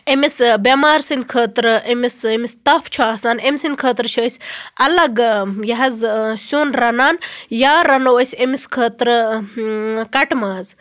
أمِس بیٚمار سٕنٛدِ خٲطرٕ أمِس أمِس تَپھ چھُ آسان أمۍ سٕنٛدِ خٲطرٕ چھِ أسۍ اَلَگ یہِ حظ سیُن رَنان یا رَنو أسۍ امس خٲطرٕ کَٹہٕ ماز